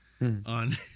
On